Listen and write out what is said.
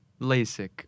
LASIK